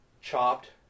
chopped